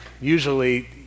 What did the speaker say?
usually